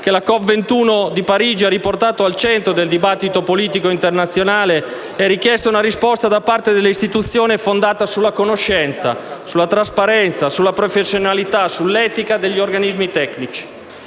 che la COP21 di Parigi ha riportato al centro del dibattito politico internazionale, è richiesta una risposta da parte delle istituzioni fondata sulla conoscenza, sulla trasparenza, sulla professionalità e sull'etica degli organi tecnici.